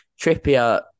Trippier